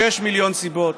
שישה מיליון סיבות,